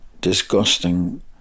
disgusting